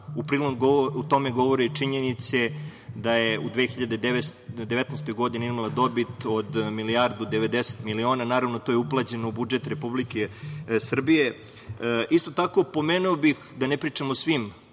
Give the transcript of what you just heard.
o tome govori činjenica da je u 2019. godini imala dobit od milijardu 90 miliona. Naravno, to je uplaćeno u budžet Republike Srbije. Isto tako pomenuo bih, da ne pričam o svim